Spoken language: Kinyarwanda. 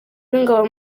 w’ingabo